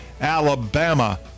Alabama